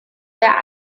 der